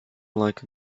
like